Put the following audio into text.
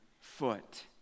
foot